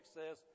says